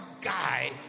guy